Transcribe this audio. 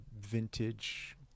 vintage